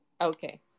okay